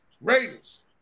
Raiders